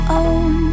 own